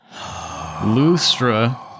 Lustra